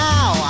Now